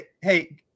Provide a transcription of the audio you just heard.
Hey